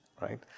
right